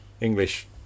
English